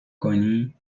کنی